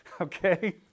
Okay